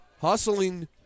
hustling